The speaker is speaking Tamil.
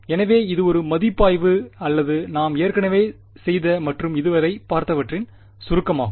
எனவே இது ஒரு மதிப்பாய்வு அல்லது நாம் ஏற்கனவே செய்த மற்றும் இதுவரை பார்த்தவற்றின் சுருக்கமாகும்